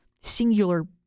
singular